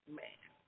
man